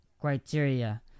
criteria